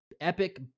epic